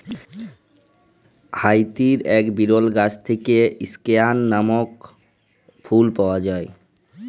হাইতির এক বিরল গাছ থেক্যে স্কেয়ান লামক ফুল পাওয়া যায়